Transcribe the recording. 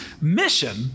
mission